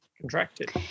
contracted